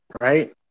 right